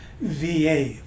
VA